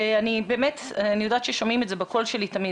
אני יודעת ששומעים את זה בקול שלי תמיד,